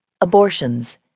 abortions